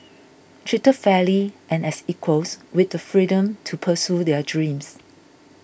treated fairly and as equals with the freedom to pursue their dreams